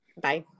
Bye